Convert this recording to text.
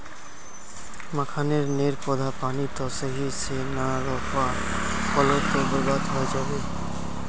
मखाने नेर पौधा पानी त सही से ना रोपवा पलो ते बर्बाद होय जाबे